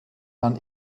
man